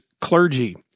clergy